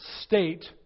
state